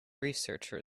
researcher